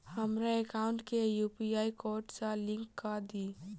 हमरा एकाउंट केँ UPI code सअ लिंक कऽ दिऽ?